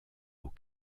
aux